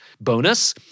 bonus